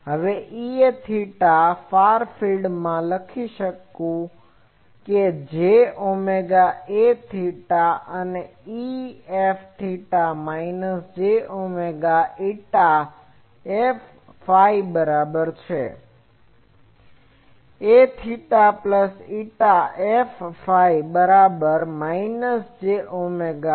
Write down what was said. હવે θ far field માં લખી શકું છું કે j omega Aθ અને θ એ માઈનસ j omega η Fφ બરાબર છે Aθ પ્લસ η Fφ બરાબર છે માઈનસ j omega